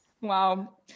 Wow